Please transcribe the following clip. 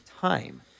time